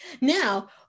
Now